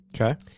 Okay